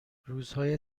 روزهای